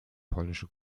polnische